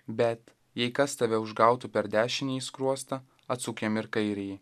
bet jei kas tave užgautų per dešinįjį skruostą atsuk jam ir kairįjį